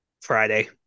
Friday